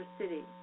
city